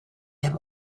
have